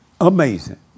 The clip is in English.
Amazing